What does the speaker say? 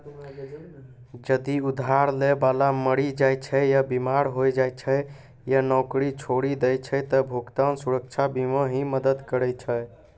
जदि उधार लै बाला मरि जाय छै या बीमार होय जाय छै या नौकरी छोड़ि दै छै त भुगतान सुरक्षा बीमा ही मदद करै छै